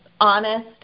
honest